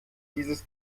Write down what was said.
dieses